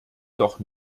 doch